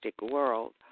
world